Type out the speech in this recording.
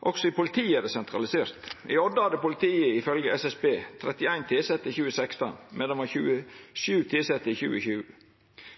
Også i politiet er det sentralisert. I Odda hadde politiet, ifølgje SSB, 31 tilsette i 2016, medan det var 27 tilsette i 2020.